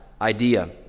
idea